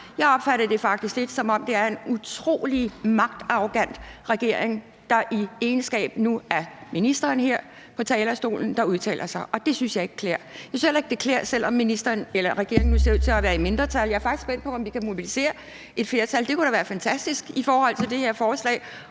jeg opfatter det faktisk lidt, som om det er en utrolig magtarrogant regering, der nu i egenskab af ministeren her på talerstolen udtaler sig. Det synes jeg ikke er klædeligt. Jeg synes heller ikke, det er klædeligt, selv om regeringen nu ser ud til at være i mindretal. Jeg er faktisk spændt på, om vi kan mobilisere et flertal for det her forslag.